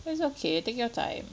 that's okay take your time